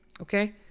okay